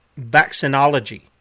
vaccinology